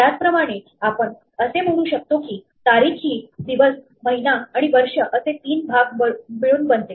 त्याचप्रमाणे आपण असे म्हणू शकतो की तारीख ही दिवस महिना आणि वर्ष असे तीन भाग मिळून बनते